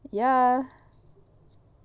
ya